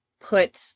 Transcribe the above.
put